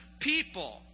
people